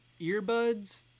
earbuds